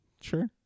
Sure